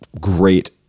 great